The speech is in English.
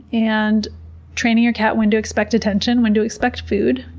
and training your cat when to expect attention, when to expect food.